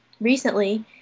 recently